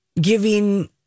giving